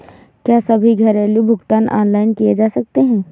क्या सभी घरेलू भुगतान ऑनलाइन किए जा सकते हैं?